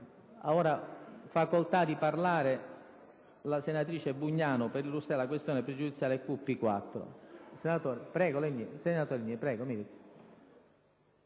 Ha chiesto di intervenire la senatrice Bugnano per illustrare la questione pregiudiziale QP4.